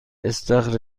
استخر